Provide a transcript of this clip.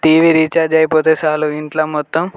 TV recharge అయిపోతే చాలు ఇంట్లో మొత్తం